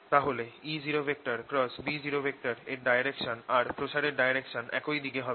তাহলে E0B0 এর direction আর প্রসারের ডাইরেকশন একই দিকে হবে